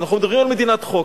אנחנו מדברים על מדינת חוק.